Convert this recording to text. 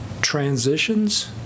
transitions